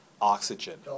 oxygen